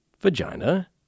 vagina